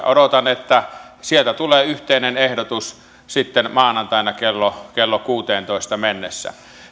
odotan että sieltä tulee yhteinen ehdotus sitten maanantaina kello kello kuuteentoista mennessä